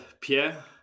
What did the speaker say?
Pierre